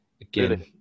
again